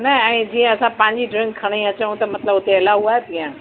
न ऐं जीअं असां पंहिंजी ड्रिंक खणी अचूं त मतलबु हुते एलाऊ आहे पीअण